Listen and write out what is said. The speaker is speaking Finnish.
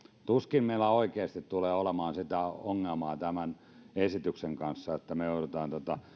tuskin meillä oikeasti tulee olemaan sitä ongelmaa tämän esityksen kanssa että me joudumme